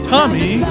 Tommy